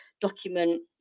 document